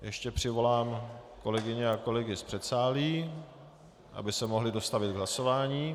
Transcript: Ještě přivolám kolegyně a kolegy z předsálí, aby se mohli dostavit k hlasování.